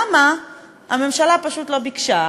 למה הממשלה פשוט לא ביקשה,